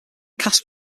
cast